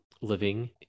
living